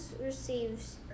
receives